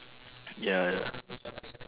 ya ya